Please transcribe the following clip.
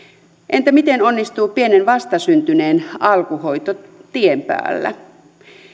entä miten onnistuu pienen vastasyntyneen alkuhoito tien päällä